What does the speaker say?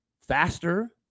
faster